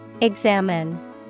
Examine